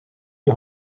die